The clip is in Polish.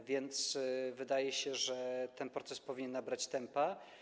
A więc wydaje się, że ten proces powinien nabrać tempa.